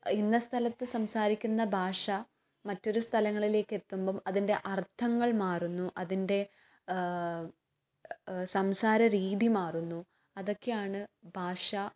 ഇന്ന സ്ഥലത്ത് സംസാരിക്കുന്ന ഭാഷ മറ്റൊരു സ്ഥലങ്ങളിൽ എത്തുമ്പം അതിൻ്റെ അർഥങ്ങൾ മാറുന്നു അതിൻ്റെ സംസാരരീതി മാറുന്നു അതൊക്കെയാണ് ഭാഷ